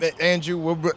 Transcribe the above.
Andrew